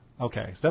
Okay